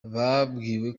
babwiwe